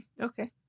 Okay